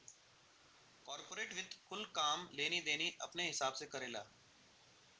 corporate वित्त कुल काम लेनी देनी अपने हिसाब से करेला